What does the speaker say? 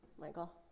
Michael